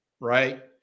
right